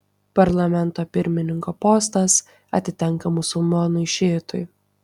parlamento pirmininko postas atitenka musulmonui šiitui